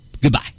Goodbye